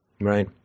Right